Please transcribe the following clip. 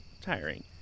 tiring